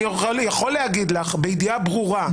אני יכול להגיד לך בידיעה ברורה,